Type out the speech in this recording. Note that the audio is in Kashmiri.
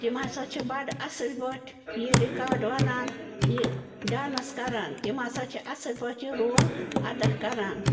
تِم ہَسا چھِ بڈٕ اَصٕل پٲٹھۍ یہِ ریکارڈ وَنان یہِ ڈانٕس کران تِم ہسا چھِ اَصٕل پٲٹھۍ یہِ رول اَدا کَران